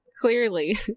clearly